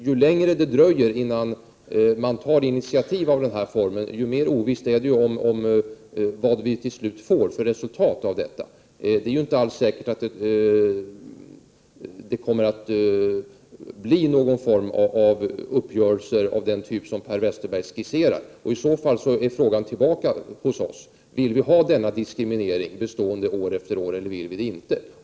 Ju längre det dröjer innan man tar ett initiativ i denna riktning, desto mer ovisst är det ju vad resultatet till slut blir. Det är ju inte alls säkert att det blir någon form av uppgörelse av den typ som Per Westerberg skisserar. I så fall kommer frågan tillbaka till oss: Vill vi ha denna diskriminering som består år efter år eller vill vi det inte?